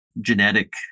genetic